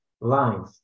lines